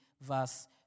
verse